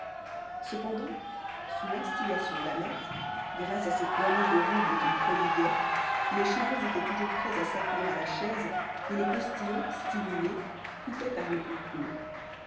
cependant sous l'instigation d'ahmet grâce à ces poignées de roubles qu'il prodiguait les chevaux étaient toujours prêts à s'atteler à la chaise et les postillons stimulés coupaient par le plus court